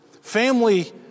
Family